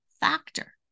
factor